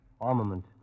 Armament